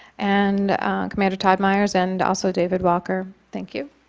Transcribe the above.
and commander todd myers and also david walker. thank you